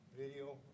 video